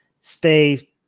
stay